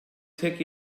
tek